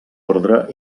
ordre